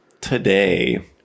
today